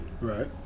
right